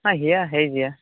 ହଁ ହେଇଯିବା